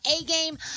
A-game